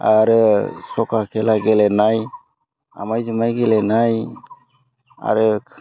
आरो सखा खेला गेलेनाय आमाइ जुमाइ गेलेनाय आरो